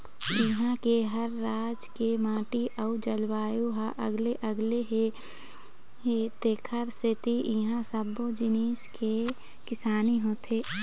इहां के हर राज के माटी अउ जलवायु ह अलगे अलगे हे तेखरे सेती इहां सब्बो जिनिस के किसानी होथे